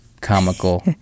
comical